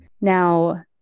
Now